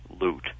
loot